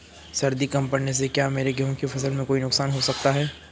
सर्दी कम पड़ने से क्या मेरे गेहूँ की फसल में कोई नुकसान हो सकता है?